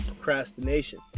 procrastination